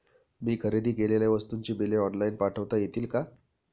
मी खरेदी केलेल्या वस्तूंची बिले ऑनलाइन पाठवता येतील का?